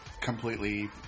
completely